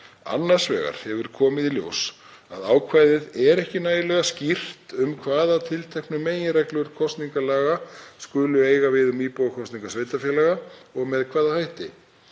Annars vegar hefur komið í ljós að ákvæðið er ekki nægilega skýrt um hvaða tilteknu meginreglur kosningalaga skuli eiga við um íbúakosningar sveitarfélaga og með hvaða hætti.